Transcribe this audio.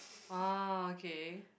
[wah] okay